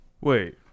Wait